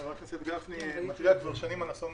חבר הכנסת גפני, מתריע כבר שנים על אסון מירון.